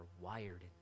wired